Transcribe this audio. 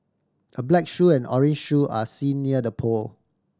a black shoe and orange shoe are seen near the pole